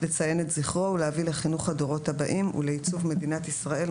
לציין את זכרו ולהביא לחינוך הדורו הבאים ולעיצוב מדינת ישראל,